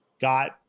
got